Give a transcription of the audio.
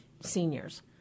seniors